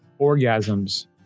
orgasms